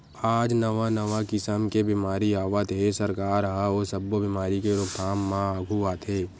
आज नवा नवा किसम के बेमारी आवत हे, सरकार ह ओ सब्बे बेमारी के रोकथाम म आघू आथे